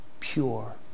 pure